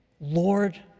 Lord